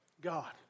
God